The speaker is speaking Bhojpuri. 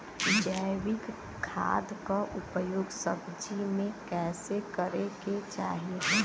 जैविक खाद क उपयोग सब्जी में कैसे करे के चाही?